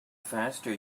faster